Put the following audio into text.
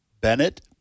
Bennett